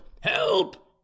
help